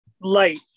light